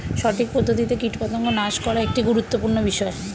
সঠিক পদ্ধতিতে কীটপতঙ্গ নাশ করা একটি গুরুত্বপূর্ণ বিষয়